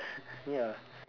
ya